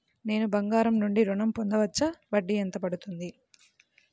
నేను బంగారం నుండి ఋణం పొందవచ్చా? వడ్డీ ఎంత పడుతుంది?